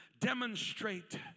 demonstrate